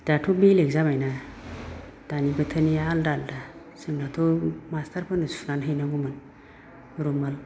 दाथ' बेलेग जाबायना दानि बोथोरनिया आलदा आलदा जोंनाथ' मास्टारफोरनो सुनानै हैनांगौमौन रुमाल